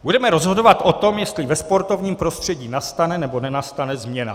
Budeme rozhodovat o tom, jestli ve sportovním prostředí nastane nebo nenastane změna.